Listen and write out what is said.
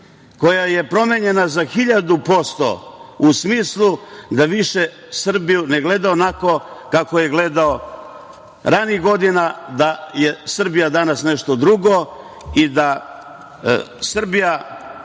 koja je promenjena za hiljadu posto, u smislu da više Srbiju ne gleda onako kako je gledao ranijih godina, da je Srbija danas nešto drugo i da Srbija